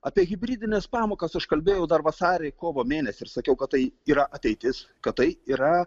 apie hibridines pamokas aš kalbėjau dar vasario kovo mėnesį ir sakiau kad tai yra ateitis kad tai yra